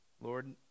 Lord